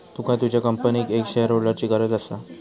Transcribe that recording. तुका तुझ्या कंपनीक एक शेअरहोल्डरची गरज असा